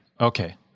Okay